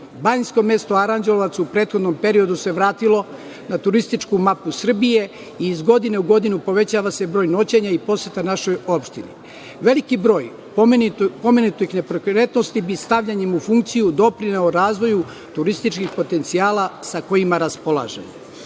Banjsko mesto Aranđelovac u prethodnom periodu se vratilo na turističku mapu Srbije i iz godine u godinu povećava se broj noćenja i poseta našoj opštini. Veliki broj pomenutih nepokretnosti bi stavljanjem u funkciju doprinelo razvoju turističkih potencijala sa kojima raspolažemo. Moje